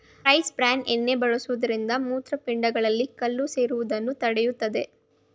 rice bran ಎಣ್ಣೆ ಬಳಸುವುದರಿಂದ ಮೂತ್ರಪಿಂಡಗಳಲ್ಲಿ ಕಲ್ಲು ಸೇರುವುದನ್ನು ತಡೆಯುತ್ತದೆ